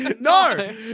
No